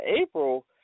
April